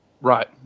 Right